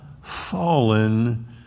fallen